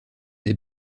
des